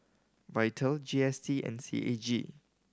Vital G S T and C A G